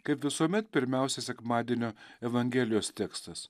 kaip visuomet pirmiausia sekmadienio evangelijos tekstas